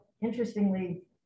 interestingly